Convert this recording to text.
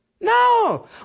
No